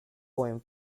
poem